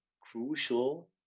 crucial